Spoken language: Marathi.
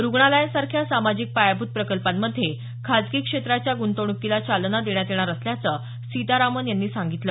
रुग्णालयांसारख्या सामाजिक पायाभूत प्रकल्पांमध्ये खासगी क्षेत्राच्या गृंतवणुकीला चालना देण्यात येणार असल्याचं सीतारामन यांनी सांगितलं